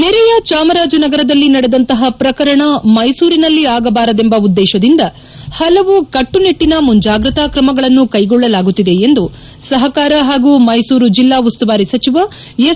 ನೆರೆಯ ಚಾಮರಾಜನಗರದಲ್ಲಿ ನಡೆದಂತಹ ಪ್ರಕರಣ ಮೈಸೂರಿನಲ್ಲಿ ಆಗಬಾರದೆಂಬ ಉದ್ದೇಶದಿಂದ ಹಲವು ಕಟ್ಟುನಿಟ್ಟಿನ ಮುಂಜಾಗ್ರತಾ ಕ್ರಮಗಳನ್ನು ಕೈಗೊಳ್ಳಲಾಗುತ್ತಿದೆ ಎಂದು ಸಹಕಾರ ಹಾಗೂ ಮೈಸೂರು ಜಿಲ್ಲಾ ಉಸ್ತುವಾರಿ ಸಚಿವ ಎಸ್